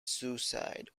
suicide